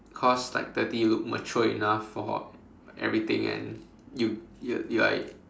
because like thirty you look mature enough for everything and you you you are